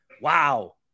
wow